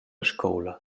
scoula